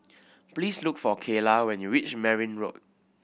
please look for Kaylah when you reach Merryn Road